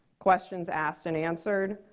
questions asked and answered,